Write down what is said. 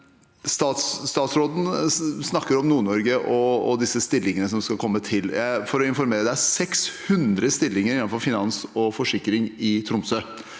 Statsråden snakker om Nord-Norge og disse stillingene som skal komme. Det er 600 stillinger innenfor finans og forsikring